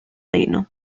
reno